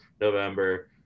November